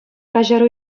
каҫару